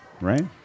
right